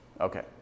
Okay